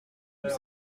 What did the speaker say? nous